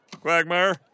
Quagmire